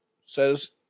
says